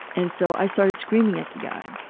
and so i started screaming at the guy.